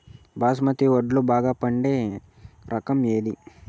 బాస్మతి వడ్లు బాగా పండే రకం ఏది